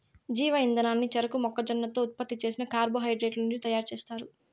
జీవ ఇంధనాన్ని చెరకు, మొక్కజొన్నతో ఉత్పత్తి చేసిన కార్బోహైడ్రేట్ల నుంచి తయారుచేస్తారు